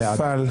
נפל.